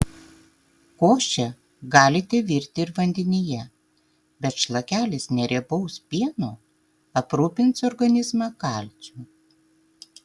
košę galite virti ir vandenyje bet šlakelis neriebaus pieno aprūpins organizmą kalciu